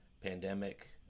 pandemic